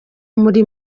muri